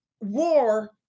war